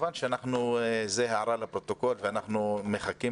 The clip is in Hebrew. כמובן שזו הערה לפרוטוקול ואנחנו מחכים